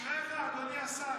אשריך, אדוני השר.